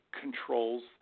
controls